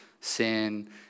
sin